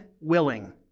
willing